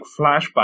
flashback